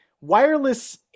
wireless